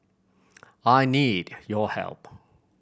I need your help